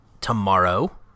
tomorrow